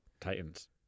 Titans